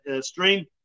stream